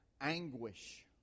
anguish